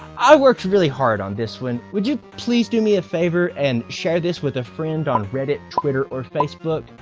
i worked really hard on this one, would you please do me a favor and share it with a friend on reddit, twitter or facebook?